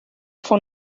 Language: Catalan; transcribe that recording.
fou